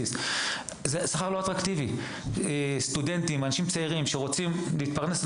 סטודנטים ואנשים צעירים שרוצים להתפרנס,